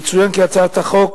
יצוין כי הצעת החוק